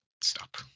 stop